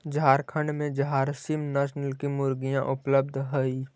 झारखण्ड में झारसीम नस्ल की मुर्गियाँ उपलब्ध हई